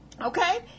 Okay